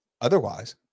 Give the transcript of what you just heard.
Otherwise